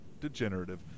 degenerative